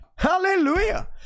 Hallelujah